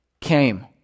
came